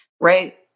right